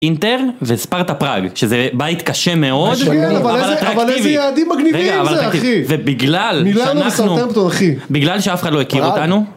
אינטרן, וספרטה פראג, שזה בית קשה מאוד. אבל איזה יעדים מגניבים זה, אחי. ובגלל שאנחנו, בגלל שאף אחד לא הכיר אותנו.